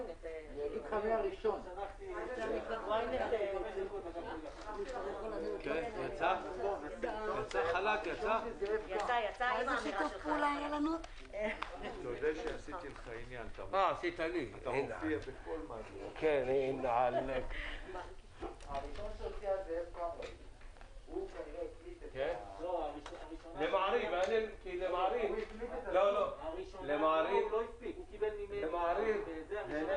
14:15.